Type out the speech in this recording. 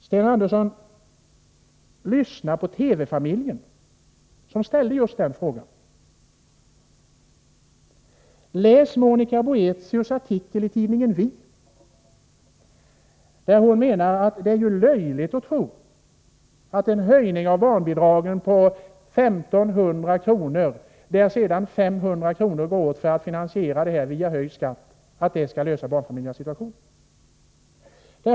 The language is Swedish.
Sten Andersson, lyssna på TV-familjen, som ställde just den frågan! Läs Monica Boéthius artikel i tidningen Vi, där hon menar att det är löjligt att tro att en höjning av barnbidraget på 1 500 kr., där 500 kr. går åt för att finansiera det hela via höjd skatt, skall lösa barnfamiljernas situation.